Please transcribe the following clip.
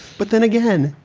but then again,